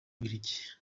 bubiligi